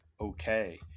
okay